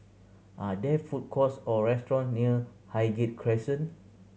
are there food courts or restaurant near Highgate Crescent